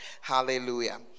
Hallelujah